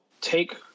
take